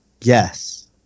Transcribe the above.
Yes